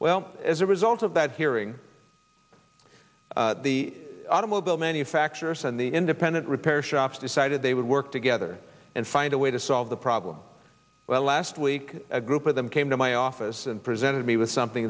well as a result of that hearing the automobile manufacturers and the independent repair shops decided they would work together and find a way to solve the problem well last week a group of them came to my office and presented me with something